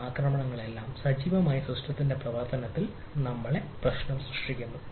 ഈ ആക്രമണങ്ങളെല്ലാം സജീവമായ സിസ്റ്റത്തിന്റെ പ്രവർത്തനത്തിൽ നമ്മളുടെ പ്രശ്നം സൃഷ്ടിക്കുന്നു